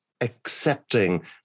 accepting